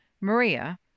Maria